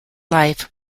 life